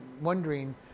wondering